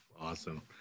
Awesome